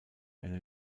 eine